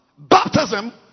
Baptism